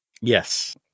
yes